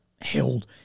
held